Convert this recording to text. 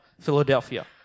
Philadelphia